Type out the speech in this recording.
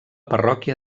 parròquia